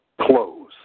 close